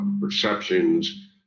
perceptions